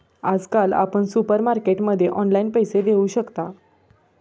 आजकाल आपण सुपरमार्केटमध्ये ऑनलाईन पैसे देऊ शकता